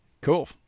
Cool